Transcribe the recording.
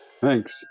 Thanks